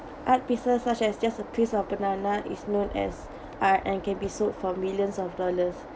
art pieces such as just a piece of banana is known as art and can be sold for millions of dollars